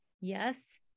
Yes